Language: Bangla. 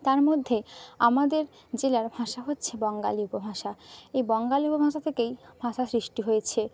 তার মধ্যে আমাদের জেলার ভাষা হচ্ছে বঙ্গালী উপভাষা এই বঙ্গালী উপভাষা থেকেই ভাষার সৃষ্টি হয়েছে